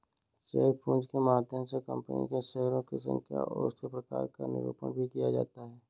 share पूंजी के माध्यम से कंपनी के शेयरों की संख्या और उसके प्रकार का निरूपण भी किया जाता है